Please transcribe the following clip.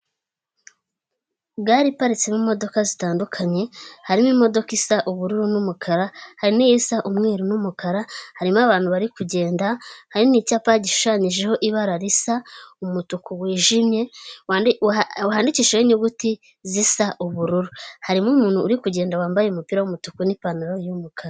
Gale iparitsemo imodoka zitandukanye, harimo imodoka isa ubururu n'umukara, hari n'isa umweru n'umukara, harimo abantu bari kugenda, hari n'icyapa gishushanyijeho ibara risa umutuku wijimye, handikishijeho inyuguti zisa ubururu. Harimo umuntu uri kugenda, wambaye umupira w'umutuku n'ipantaro y'umukara.